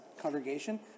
congregation